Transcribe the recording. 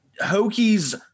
Hokies